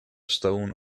stone